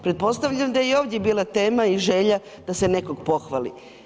Pretpostavljam da je i ovdje bila tema i želja da se nekog pohvali.